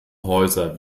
häuser